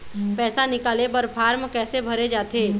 पैसा निकाले बर फार्म कैसे भरे जाथे?